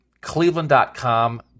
cleveland.com